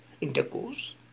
intercourse